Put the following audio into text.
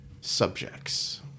subjects